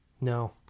No